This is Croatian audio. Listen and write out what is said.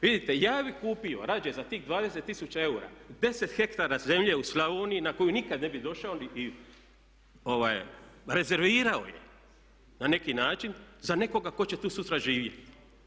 Vidite ja bih kupio rađe za tih 20000 eura 10 ha zemlje u Slavoniji na koju nikad ne bih došao, rezervirao je na neki način za nekoga tko će tu živjeti.